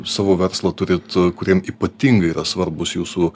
savo verslą turit kuriem ypatingai yra svarbūs jūsų